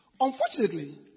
Unfortunately